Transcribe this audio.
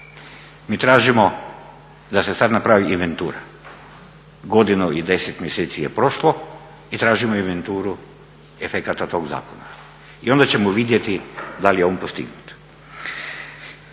Mi tražimo da se sad napravi inventura. Godinu i 10 mjeseci je prošlo i tražimo inventuru efekata tog zakona. I onda ćemo vidjeti da li je on postignut.